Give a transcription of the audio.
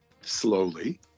slowly